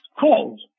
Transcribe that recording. cold